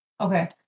okay